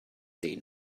den